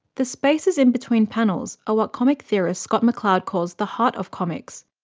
the spaces in-between panels are what comic theorist scott mccloud calls the heart of comics,